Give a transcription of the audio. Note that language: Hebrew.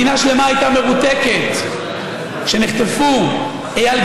מדינה שלמה הייתה מרותקת כשנחטפו איל,